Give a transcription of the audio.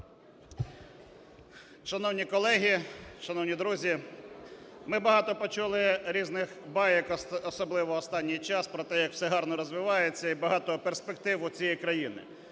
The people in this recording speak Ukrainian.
Шановні колеги! Шановні друзі! Ми багато почули різних байок, особливо в останній час, про те, як все гарно розвивається і багато перспектив у цієї країни.